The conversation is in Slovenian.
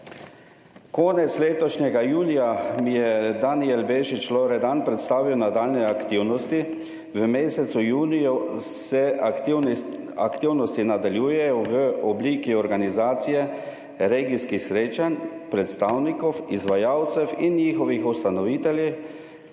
Konec letošnjega julija mi je Danijel Bešič Loredan predstavil nadaljnje aktivnosti. V mesecu juniju se aktivnosti nadaljujejo v obliki organizacije regijskih srečanj predstavnikov izvajalcev in njihovih ustanoviteljev,